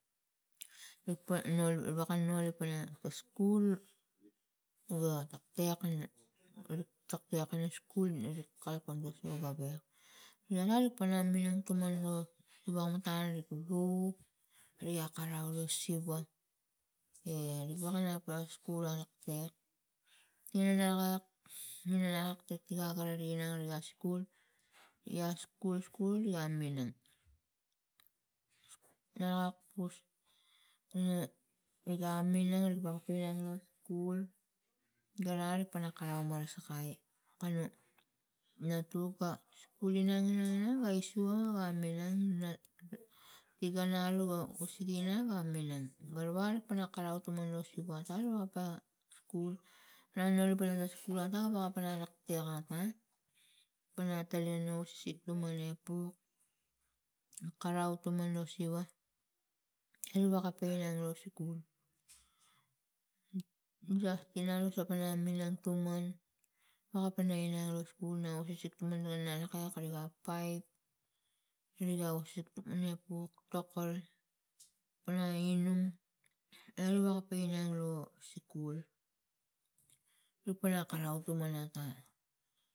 Nuk pan nul waka nul ik pan ta skul wega tektek rik tektek pana skul rik kalapang ta rangal ni pana minang tuman lo siva muk tare ru ari ga karau lo siva e ri wokanap lo skul atekatek ina nagak, ina nagak ta tigak gara inang ga skul, igia skul skul igia minang. narakpus na riga minang riga inang lo skul gara arik pana karau marasakai kanu na tuk a skul inang inang ga isua ga minang na tikana alu ga usege inang ga minang galwal pana karau tuman lo siva ata lo pa skul pana noli pana skul ata waga pana tektek ata pana telena usisi tuman epuk karau tuman lo siva ri wakape inang lo skul. just inang nu sa pana minang tuman wakape inang lo skul ns susik tuman na nanokek riga paip riga ausik ne puk tokol pana inung e ri wagape inang lo skul ri pana inung e ri waga pe inang lo skul ri pana karau tuman ota.